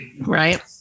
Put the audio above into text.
Right